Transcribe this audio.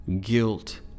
guilt